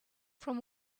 from